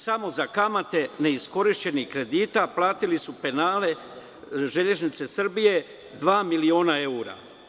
Samo za kamate neiskorišćenih kredita platili su penale „Železnice Srbije“ dva miliona evra.